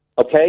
Okay